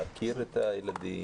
להכיר את הילדים,